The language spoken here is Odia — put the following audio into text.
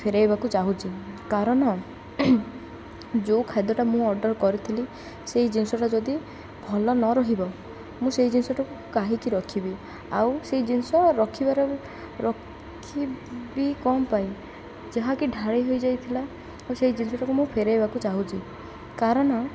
ଫେରେଇବାକୁ ଚାହୁଁଛି କାରଣ ଯେଉଁ ଖାଦ୍ୟଟା ମୁଁ ଅର୍ଡ଼ର୍ କରିଥିଲି ସେଇ ଜିନିଷଟା ଯଦି ଭଲ ନ ରହିବ ମୁଁ ସେଇ ଜିନିଷଟାକୁ କାହିଁକି ରଖିବି ଆଉ ସେଇ ଜିନିଷ ରଖିବାର ରଖିବିି କ'ଣ ପାଇଁ ଯାହାକି ଢାଳି ହୋଇଯାଇଥିଲା ଓ ସେଇ ଜିନିଷଟାକୁ ମୁଁ ଫେରେଇବାକୁ ଚାହୁଁଛି କାରଣ